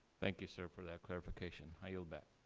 thank you, sir, for that clarification. i yield back.